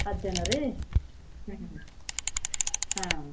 ಹತ್ತು ಜನ ರೀ ಹ್ಞೂ ಹಾಂ